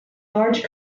large